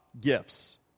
gifts